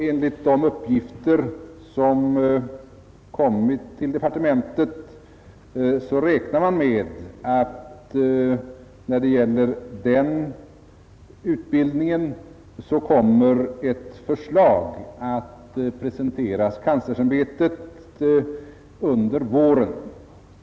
Enligt de uppgifter som kommit till departementet räknar man med att ett förslag om den utbildningen kommer att presenteras kanslersämbetet under våren.